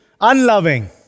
unloving